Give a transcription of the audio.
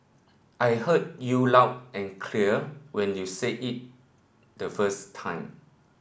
I heard you loud and clear when you said it the first time